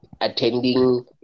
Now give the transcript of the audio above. attending